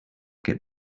get